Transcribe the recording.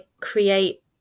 create